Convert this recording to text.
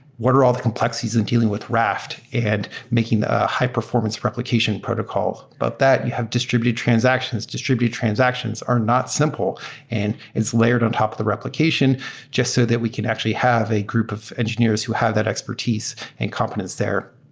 what are all the complexities in dealing with raft and making the high-performance replication protocol? of but that, you have distributed transactions. distributed transactions are not simple and it's layered on top of the replication just so that we can actually have a group of engineers who have that expertise and competence there.